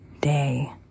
day